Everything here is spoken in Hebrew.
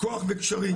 כוח וקשרים.